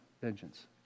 vengeance